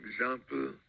example